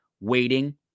Waiting